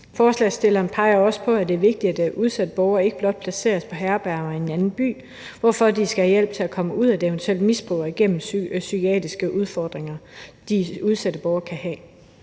Forslagsstillerne peger også på, at det er vigtigt, at udsatte borgere ikke blot placeres på herberger i en anden by, hvorfor de skal have hjælp til at komme ud af et eventuelt misbrug og igennem de psykiatriske udfordringer, som udsatte borgere kan have.